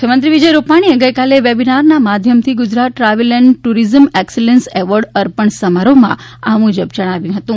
મુખ્યમંત્રી વિજય રૂપાણીએ ગઇકાલે વેબીનારના માધ્યમથી ગુજરાત ટ્રાવેલ અને ટુરિઝમ એક્સલન્સ એવોર્ડ અર્પણ સમારોહમાં આ મુજબ જણાવ્યું હતું